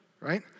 right